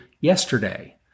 yesterday